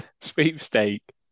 sweepstake